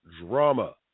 Drama